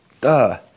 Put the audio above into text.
duh